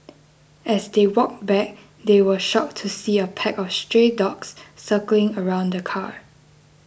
as they walked back they were shocked to see a pack of stray dogs circling around the car